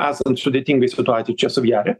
esant sudėtingai situacijai čia saujelė